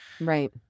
right